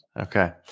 Okay